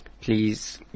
please